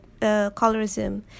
colorism